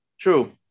True